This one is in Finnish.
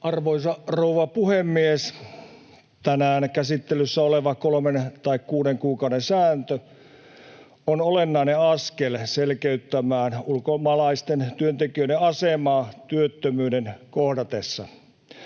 Arvoisa rouva puhemies! Tänään käsittelyssä oleva kolmen tai kuuden kuukauden sääntö on olennainen askel selkeyttämään ulkomaalaisten työntekijöiden asemaa työttömyyden kohdatessa.